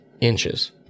inches